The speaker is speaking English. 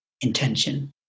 intention